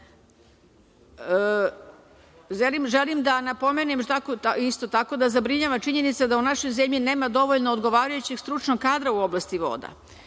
EU? Želim da napomenem, isto tako, da zabrinjava činjenica da u našoj zemlji nema dovoljno odgovarajućeg stručnoj kadra u oblasti voda.